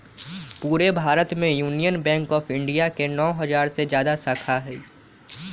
पूरे भारत में Union Bank of India के नौ हजार से जादा शाखा हई